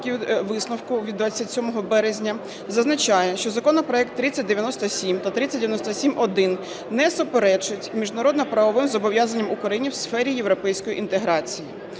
висновку від 27 березня зазначає, що законопроект 3097 та 3097-1 не суперечить міжнародно-правовим зобов'язанням України у сфері європейської інтеграції.